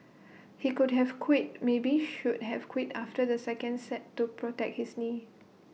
he could have quit maybe should have quit after the second set to protect his knee